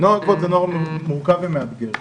זה נוער מורכב ומאתגר,